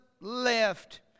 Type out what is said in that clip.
left